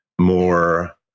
more